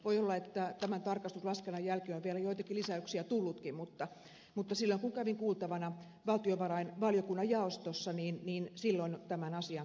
voi olla että tämän tarkastuslaskennan jälkeen on vielä joitakin lisäyksiä tullutkin mutta silloin kun kävin kuultavana valtiovarainvaliokunnan jaostossa tämän asian tarkistin